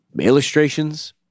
illustrations